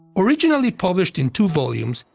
originally published in two volumes,